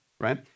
Right